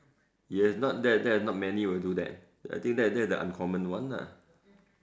yes not that that there's not many will do that I think that that's the uncommon one lah